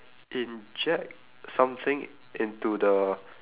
inject something into the